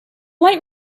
light